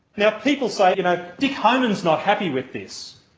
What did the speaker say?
now, people say you know dick honan is not happy with this.